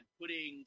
putting